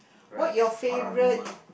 right paranormal